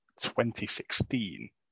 2016